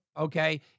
okay